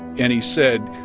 and he said,